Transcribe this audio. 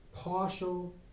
partial